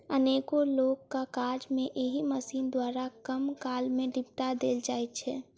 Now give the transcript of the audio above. अनेको लोकक काज के एहि मशीन द्वारा कम काल मे निपटा देल जाइत छै